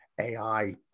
AI